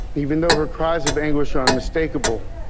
even though her cries of anguish are unmistakable.